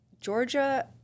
Georgia